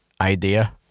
idea